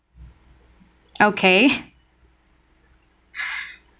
okay